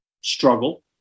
struggle